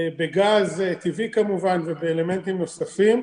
בגז טבעי כמובן ובאלמנטים נוספים.